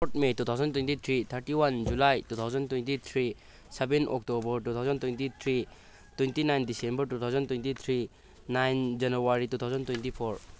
fourth may two thousand twenty three thirty one July two thousand twenty three seven October two thousand twenty three twenty nine December two thousand twenty three nine January two thousand twenty four